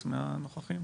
מהנוכחים?